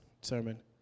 sermon